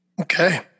Okay